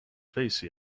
face